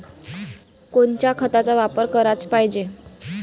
कोनच्या खताचा वापर कराच पायजे?